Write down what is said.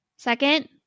Second